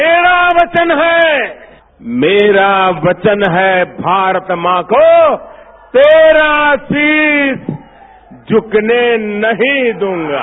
मेरा वचन हैं मेरा वचन हैं भारत मां को तेरा शीश झुकने नहीं दूंगा